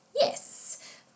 Yes